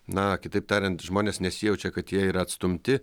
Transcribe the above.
na kitaip tariant žmonės nesijaučia kad jie yra atstumti